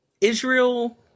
israel